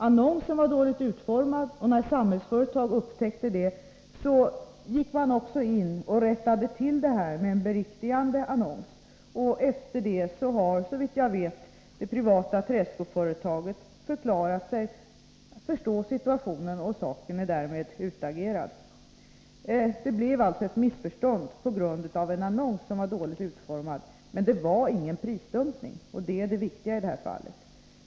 Annonsen var dåligt utformad, och när Samhällsföretag upptäckte det gick man in och rättade till det med en beriktigande annons. Efter det har såvitt jag vet det privata träskoföretaget förklarat sig förstå situationen. Saken är därmed utagerad. Det blev alltså ett missförstånd på grund av en annons som var dåligt utformad, men det var ingen prisdumpning, och det är det viktiga i det här fallet.